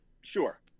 sure